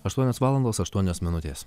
aštuonios valandos aštuonios minutės